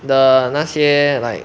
的那些 like